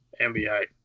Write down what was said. NBA